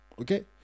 Okay